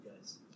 guys